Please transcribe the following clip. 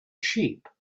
sheep